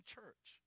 Church